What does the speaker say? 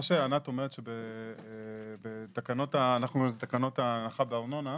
מה שענת אומרת שבתקנות ההנחה בארנונה,